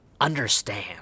understand